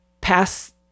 pass